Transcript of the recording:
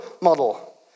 model